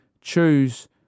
choose